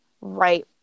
right